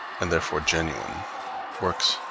and therefore genuine works,